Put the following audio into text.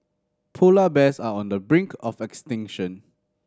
polar bears are on the brink of extinction